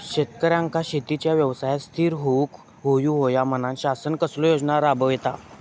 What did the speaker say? शेतकऱ्यांका शेतीच्या व्यवसायात स्थिर होवुक येऊक होया म्हणान शासन कसले योजना राबयता?